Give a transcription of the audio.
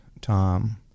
Tom